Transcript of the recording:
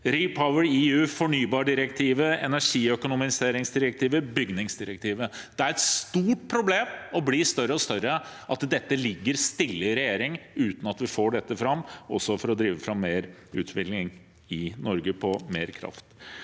REPower EU, fornybardirektivet, energiøkonomiseringsdirektivet eller bygningsdirektivet. Det er et stort problem – og det blir større og større – at dette ligger stille i regjeringen uten at vi får det fram, også for å drive fram mer utvikling for mer kraft